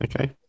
Okay